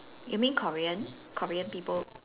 you mean Korean Korean people